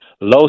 low